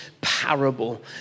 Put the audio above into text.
parable